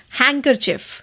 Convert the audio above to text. handkerchief